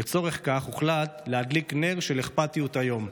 לצורך כך הוחלט להדליק נר של אכפתיות היום,